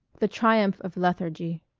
the triumph of lethargy